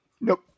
Nope